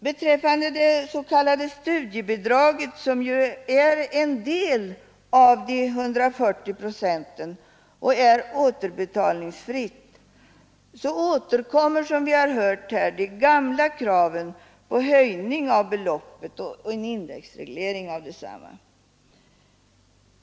Beträffande det s.k. studiebidraget som ju är en del av de 140 procenten och är återbetalningsfritt återkommer, som vi hört här, det gamla kravet på en höjning av beloppet och en indexreglering av detsamma.